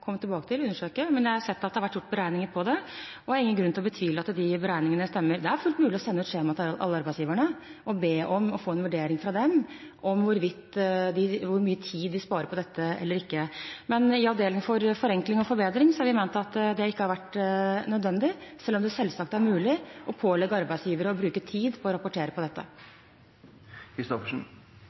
komme tilbake til. Men jeg har sett at det har vært gjort beregninger på det, og jeg har ingen grunn til å betvile at de beregningene stemmer. Det er fullt mulig å sende skjema til alle arbeidsgivere og be om å få en vurdering fra dem om hvor mye tid de sparer på dette eller ikke. Men i «avdelingen for forenkling og forbedring» har vi ment at det ikke har vært nødvendig, selv om det selvsagt er mulig å pålegge arbeidsgivere å bruke tid på å rapportere